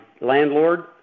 landlord